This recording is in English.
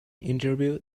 interview